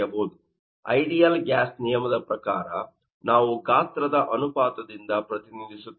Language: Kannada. ಐಡಿಯಲ್ ಗ್ಯಾಸ್ ನಿಯಮದ ಪ್ರಕಾರ ನಾವು ಗಾತ್ರ ದ ವ್ಯಾಲುಮ್ ಅನುಪಾತದಿಂದ ಪ್ರತಿನಿಧಿಸುತ್ತೇವೆ